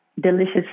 delicious